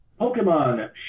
Pokemon